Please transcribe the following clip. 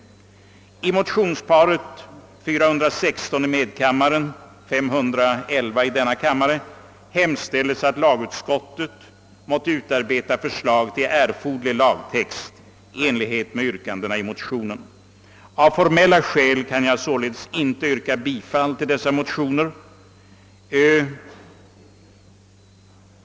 I detta motionspar, nr 416 i medkammaren och 511 i denna kammare, hemställs att vederbörande lagutskott måtte utarbeta förslag till erforderlig lagtext i enlighet med :motionsyrkandena. Detta har inte skett. Av formella skäl kan jag således inte yrka bifall till dessa motioner.